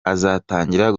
azatangira